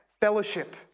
fellowship